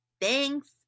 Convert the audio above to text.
Thanks